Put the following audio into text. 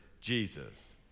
Jesus